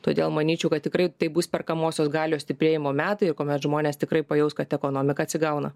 todėl manyčiau kad tikrai tai bus perkamosios galios stiprėjimo metai kuomet žmonės tikrai pajaus kad ekonomika atsigauna